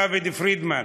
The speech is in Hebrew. דוד פרידמן.